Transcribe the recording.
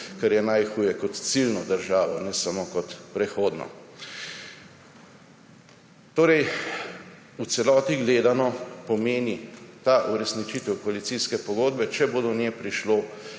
kar je najhuje, kot ciljno državo, ne samo kot prehodno. Torej v celoti gledano pomeni ta uresničitev koalicijske pogodbe, če bo do nje prišlo,